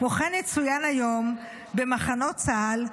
כמון כן יצוין היום במחנות צה"ל,